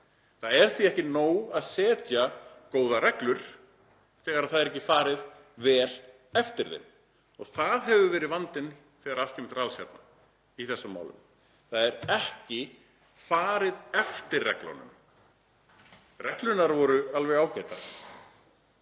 Það er því ekki nóg að setja góðar reglur þegar ekki er farið vel eftir þeim. Það hefur verið vandinn þegar allt kemur til alls í þessum málum. Það er ekki farið eftir reglunum. Reglurnar voru alveg ágætar